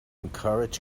encourage